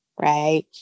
right